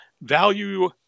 value